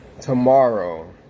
tomorrow